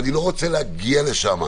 אני לא רוצה להגיע לשם.